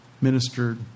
Ministered